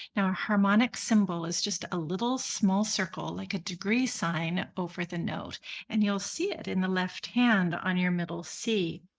now a harmonic symbol is just a little small circle like a degree sign over the note and you'll see it in the left hand on your middle c.